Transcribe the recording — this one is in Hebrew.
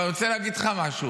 אבל אני רוצה להגיד לך משהו.